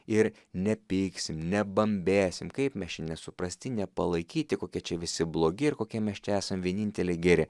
ir nepyksim nebambėsim kaip mes čia nesuprasti nepalaikyti kokie čia visi blogi ir kokie mes čia esam vieninteliai geri